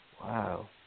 Wow